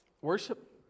Worship